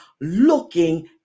looking